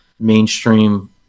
mainstream